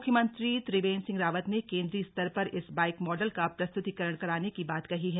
मुख्यमंत्री त्रिवेंद्र सिंह रावत ने केन्द्रीय स्तर पर इस बाइक मॉडल का प्रस्तुतीकरण कराने की बात कही है